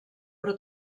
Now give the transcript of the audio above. però